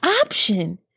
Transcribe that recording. option